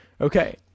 okay